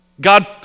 God